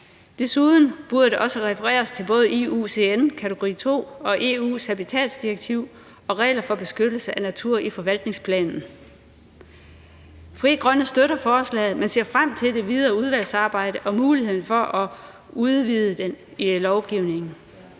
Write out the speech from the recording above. Desuden burde der også refereres til både IUCN-kategori II og EU's habitatsdirektiv og regler for beskyttelse af natur i forvaltningsplanen. Frie Grønne støtter forslaget, men vi ser frem til det videre udvalgsarbejde og muligheden for at udvide det i lovgivningen.